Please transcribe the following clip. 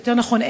יותר נכון,